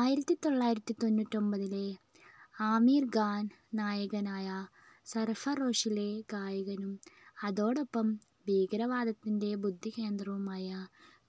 ആയിരത്തിത്തൊള്ളായിരത്തി തൊണ്ണൂറ്റൊൻപതിലെ ആമീർഖാൻ നായകനായ സർഫറോഷിലെ ഗായകനും അതോടൊപ്പം ഭീകരവാദത്തിൻ്റെ ബുദ്ധികേന്ദ്രവുമായ